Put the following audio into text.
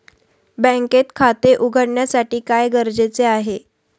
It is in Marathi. बँकेत खाते उघडण्यासाठी काय गरजेचे आहे?